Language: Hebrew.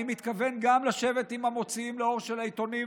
אני מתכוון לשבת גם עם המוציאים לאור של העיתונים,